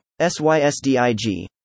Sysdig